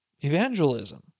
evangelism